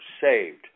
saved